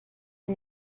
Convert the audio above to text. une